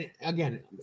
again